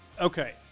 okay